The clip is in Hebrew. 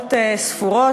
שעות ספורות,